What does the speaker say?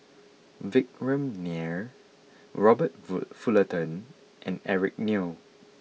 Vikram Nair Robert full Fullerton and Eric Neo